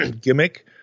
gimmick